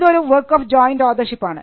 ഇത് ഒരു work of joint ഓതർഷിപ്പാണ്